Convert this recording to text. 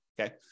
okay